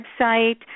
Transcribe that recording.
website